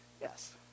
Yes